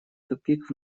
тупик